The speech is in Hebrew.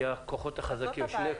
כי הכוחות החזקים,